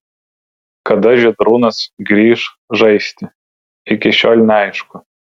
kada žydrūnas grįš žaisti iki šiol neaišku